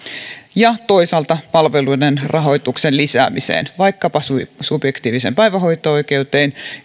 ja toisaalta palveluiden rahoituksen lisäämiseksi vaikkapa subjektiiviseen päivähoito oikeuteen